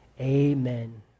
Amen